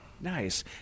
Nice